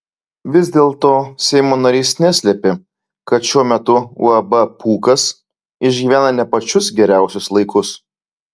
vis dėlto seimo narys neslėpė kad šiuo metu uab pūkas išgyvena ne pačius geriausius laikus